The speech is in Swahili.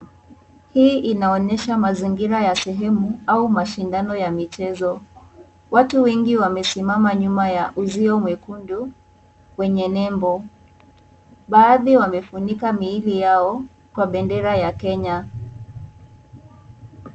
Hii inaonesha mazingira ya sehemu au mashindano ya michezo. Watu wengi wamesimama nyuma ya uzio mwekundu wenye nembo. Baadhi wamefunika miili yao kwa bendera ya Kenya.